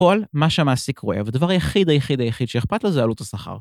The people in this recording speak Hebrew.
כל מה שמעסיק רואה ודבר היחיד היחיד היחיד שאיכפת לזה עלות הסחר.